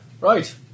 Right